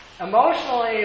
emotionally